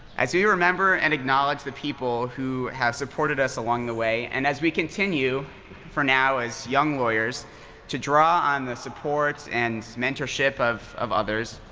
as we remember and acknowledge the people who have supported us along the way, and as we continue for now as young lawyers to draw on the support and mentorship of of others,